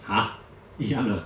!huh! this one ah